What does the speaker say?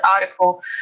article